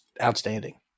outstanding